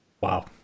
wow